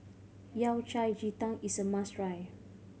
Yao Cai ji tang is a must try